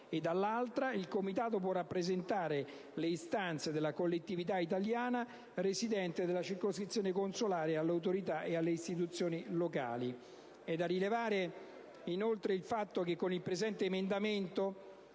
dall'altra parte, il Comitato può rappresentare le istanze della collettività italiana residente nella circoscrizione consolare alle autorità e alle istituzioni locali. È da rilevare, inoltre, il fatto che, con il presente emendamento,